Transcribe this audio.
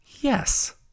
Yes